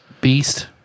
Beast